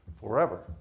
forever